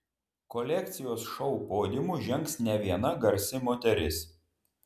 kolekcijos šou podiumu žengs ne viena garsi moteris